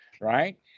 right